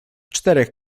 czterech